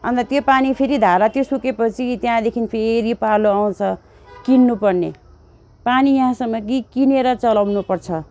अन्त त्यो पानी फेरि धारा त्यो सुकेपछि त्याँदेखि फेरि पालो आउँछ किन्नु पर्ने पानी यहाँसम्म कि किनेर चलाउनु पर्छ